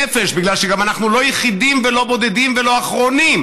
בגלל שאנחנו לא יחידים ולא בודדים ולא אחרונים,